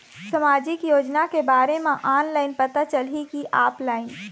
सामाजिक योजना के बारे मा ऑनलाइन पता चलही की ऑफलाइन?